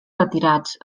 retirats